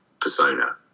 persona